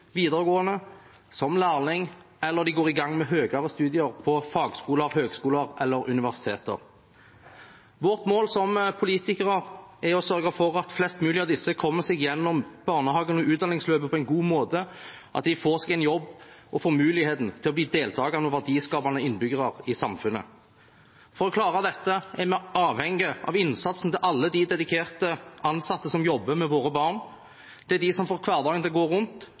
videregående, som lærling, eller de går i gang med høyere studier på fagskoler, høyskoler eller universiteter. Vårt mål som politikere er å sørge for at flest mulig av disse kommer seg gjennom barnehagen og utdanningsløpet på en god måte, at de får seg en jobb, og at de får muligheten til å bli deltakende og verdiskapende innbyggere i samfunnet. For å klare dette er vi avhengige av innsatsen til alle de dedikerte ansatte som jobber med våre barn. Det er de som får hverdagen til å gå rundt,